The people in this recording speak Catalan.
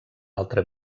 altre